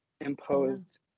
imposed